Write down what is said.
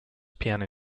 piano